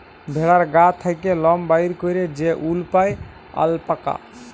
ভেড়ার গা থ্যাকে লম বাইর ক্যইরে যে উল পাই অল্পাকা